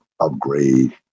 upgrade